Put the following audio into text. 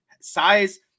size